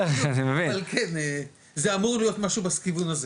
אבל כן זה אמור להיות משהו בכיוון הזה.